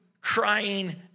crying